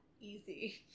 easy